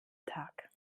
tag